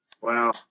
Wow